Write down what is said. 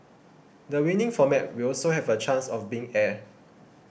the winning format will also have a chance of being aired